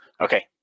Okay